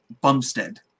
Bumstead